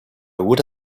would